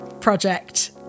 project